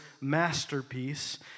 masterpiece